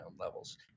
levels